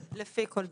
"לפי כל דין".